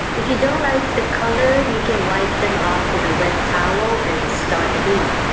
if you don't like the color you can wipe them off with a wet towel and start anew